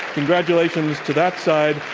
congratulations to that side.